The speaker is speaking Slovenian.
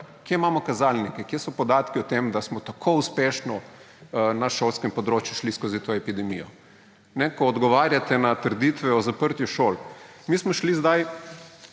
Kje imamo kazalnike? Kje so podatki o tem, da smo tako uspešno na šolskem področju šli skozi to epidemijo? Ko odgovarjate na trditve o zaprtju šol. Mi smo šli zdaj,